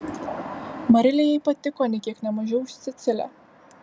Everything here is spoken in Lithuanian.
marilė jai patiko nė kiek ne mažiau už cecilę